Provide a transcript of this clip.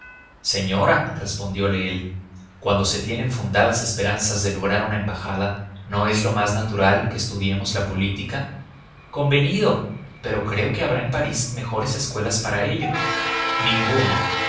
adónde señora respondiole él cuando se tienen fundadas esperanzas de lograr una embajada no es lo más natural que estudiemos la política convenido pero creo que habrá en parís mejores escuelas para ello ninguna